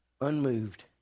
unmoved